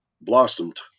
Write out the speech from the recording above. blossomed